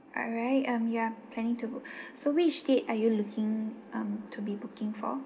alright um ya planning to book so which date are you looking um to be booking for